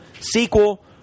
sequel